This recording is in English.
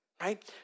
Right